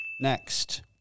Next